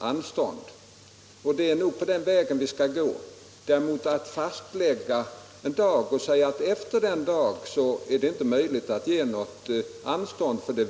Konsekvensen av vad herr Persson i Heden föreslår vore däremot att fastlägga en viss dag och säga att efter den dagen är det inte möjligt att ge något anstånd.